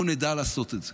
אנחנו נדע לעשות את זה,